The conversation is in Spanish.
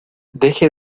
deje